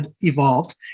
evolved